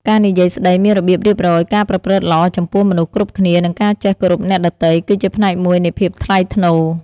ការនិយាយស្តីមានរបៀបរៀបរយ ការប្រព្រឹត្តល្អចំពោះមនុស្សគ្រប់គ្នា និងការចេះគោរពអ្នកដទៃ គឺជាផ្នែកមួយនៃភាពថ្លៃថ្នូរ។